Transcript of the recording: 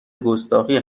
گستاخی